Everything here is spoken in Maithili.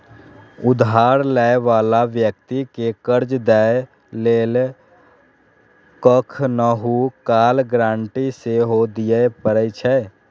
उधार लै बला व्यक्ति कें कर्ज दै लेल कखनहुं काल गारंटी सेहो दियै पड़ै छै